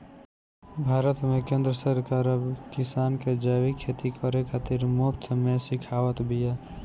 भारत में केंद्र सरकार अब किसान के जैविक खेती करे खातिर मुफ्त में सिखावत बिया